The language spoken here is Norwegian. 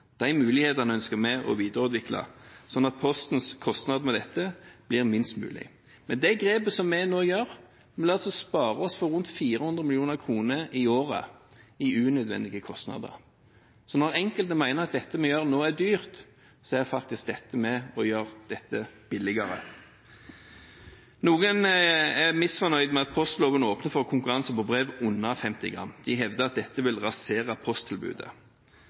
De mulighetene ønsker vi å videreutvikle slik at Postens kostnader med dette blir minst mulig. De grepene vi nå tar, vil altså spare oss for rundt 400 mill. kr i året i unødvendige kostnader. Når enkelte mener at det en nå gjør, er dyrt, er faktisk dette med på å gjøre det billigere. Noen er misfornøyd med at postloven åpner for konkurranse på brev under 50 gram, de hevder at dette vil rasere posttilbudet.